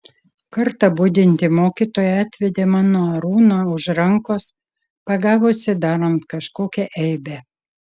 kartą budinti mokytoja atvedė mano arūną už rankos pagavusi darant kažkokią eibę